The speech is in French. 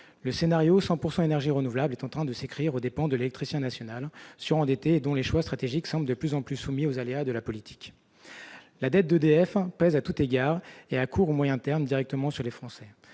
Le scénario 100 % énergies renouvelables est en train de s'écrire aux dépens de l'électricien national surendetté, dont les choix stratégiques semblent de plus en plus soumis aux aléas de la politique. La dette d'EDF pèse, à tous égards et à court ou moyen terme, directement sur les Français.